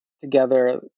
together